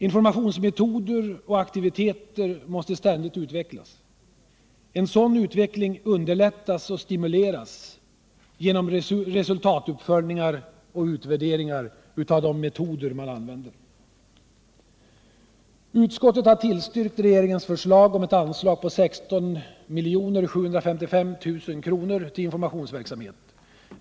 Informationsmetoder och aktiviteter måste ständigt utvecklas. En sådan utveckling underlättas och stimuleras genom resultatuppföljningar och utvärderingar av de metoder man använder. Utskottet har tillstyrkt regeringens förslag om ett anslag på 16 755 000 kr. till informationsverksamhet.